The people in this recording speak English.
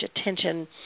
attention